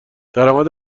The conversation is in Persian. درآمد